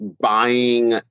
buying